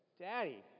Daddy